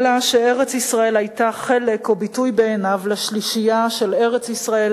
אלא שארץ-ישראל היתה חלק או ביטוי בעיניו לשלישייה של ארץ-ישראל,